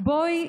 בואי,